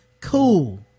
cool